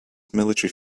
military